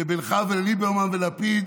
שבינך וליברמן ולפיד